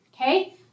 Okay